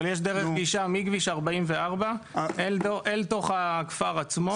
אבל יש דרך גישה מכביש 44 אל תוך הכפר עצמו.